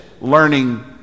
learning